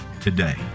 today